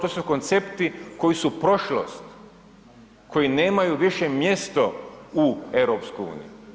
To su koncepti koji su prošlost, koji nemaju više mjesto u EU.